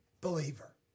believer